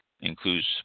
includes